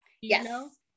Yes